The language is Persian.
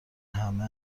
همه